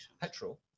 Petrol